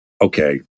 okay